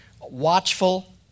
watchful